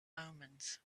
omens